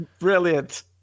Brilliant